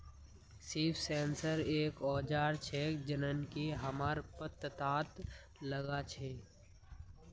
leaf sensor एक औजार छेक जननकी हमरा पत्ततात लगा छी